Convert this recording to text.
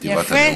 בכתיבת הנאום.